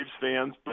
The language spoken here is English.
fans